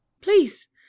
Please